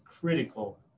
critical